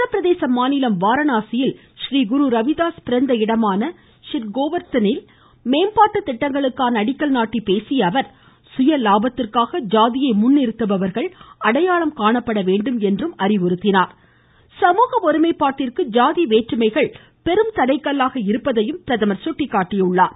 உத்தரபிரதேச மாநிலம் வாரணாசியில் றீ குரு ரவிதாஸ் பிறந்த இடமான ஷிர்கோவர்த்தனில் மேம்பாட்டு திட்டங்களுக்கான அடிக்கல் நாட்டி பேசிய அவர் சுய லாபத்திற்காக ஜாதியை முன்னிறுத்துபவர்கள் அடையாளம் காணப்பட வேண்டும் என்றும் அவர் அறிவுறுத்தியுள்ளார் சமூக ஒருமைப்பாட்டிற்கு ஜாதி வேற்றுமைகள் பெரும் தடைக்கல்லாக இருப்பதாகவும் அவர் சுட்டிக்காட்டினார்